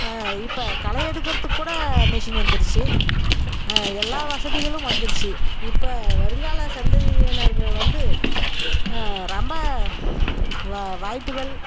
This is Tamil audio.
இப்போ களை எடுக்கிறதுக்கு கூட மிஷின் வந்துருச்சு எல்லா வசதிகளும் வந்துடுச்சி இப்போ வருங்கால சந்ததியினர் வந்து ரொம்ப வாய்ப்புகள்